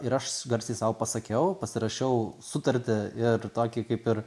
ir aš garsiai sau pasakiau pasirašiau sutartį ir tokį kaip ir